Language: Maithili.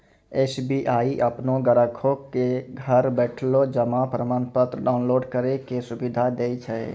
एस.बी.आई अपनो ग्राहको क घर बैठले जमा प्रमाणपत्र डाउनलोड करै के सुविधा दै छै